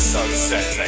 Sunset